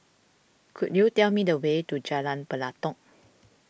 could you tell me the way to Jalan Pelatok